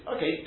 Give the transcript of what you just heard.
Okay